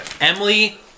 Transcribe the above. Emily